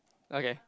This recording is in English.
okay